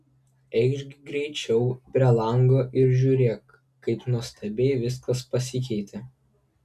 eikš greičiau prie lango ir žiūrėk kaip nuostabiai viskas pasikeitė